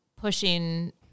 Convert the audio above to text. pushing